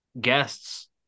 guests